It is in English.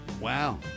Wow